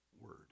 word